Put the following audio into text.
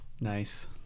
Nice